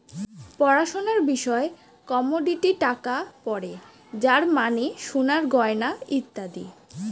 পড়াশোনার বিষয়ে কমোডিটি টাকা পড়ে যার মানে সোনার গয়না ইত্যাদি